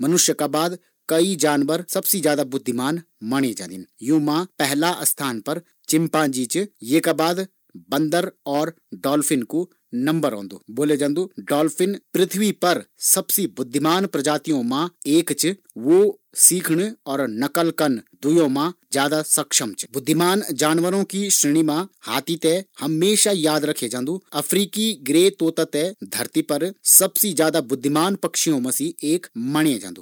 मनुष्य का बाद कई सारा जानवर बुद्धिमान माणये जादिन। यु मा पहला स्थान पर चिम्पांजी च येका बाद बंदर और डॉल्फिन कु नंबर ओन्दु। बुद्धिमान जानवरी की श्रेणी मा हाथी ते हमेशा याद करए जांदु, अफ़्रीकी ग्रे तोता ते धरती पर सबसी बुद्धिमान पक्षी माणये जांदू।